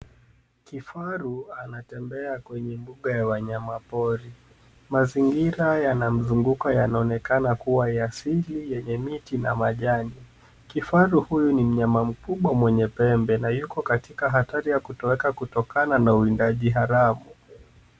kifaru anatembea kwenye mbuga ya wanyamapori. Mazingira yanamzunguka yanaonekana kuwa ya asili yenye miti na majani. Kifaru huyu ni mnyama mkubwa mwenye pembe na yuko katika hatari ya kutoweka kutokana na uwindaji haramu.